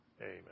Amen